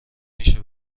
میشه